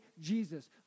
Jesus